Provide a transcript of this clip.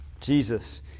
Jesus